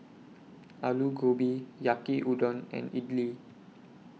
Alu Gobi Yaki Udon and Idili